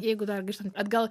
jeigu dar grįžtant atgal